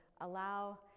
allow